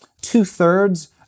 Two-thirds